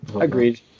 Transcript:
Agreed